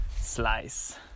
slice